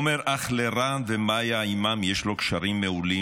עומר אח לרן ומאיה, ועימם יש לו קשרים מעולים.